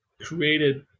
created